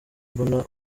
mbona